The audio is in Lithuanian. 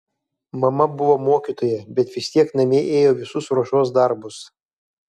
mama buvo mokytoja bet vis tiek namie ėjo visus ruošos darbus